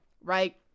right